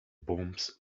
bombs